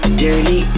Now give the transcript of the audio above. dirty